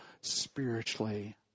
spiritually